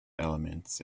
elements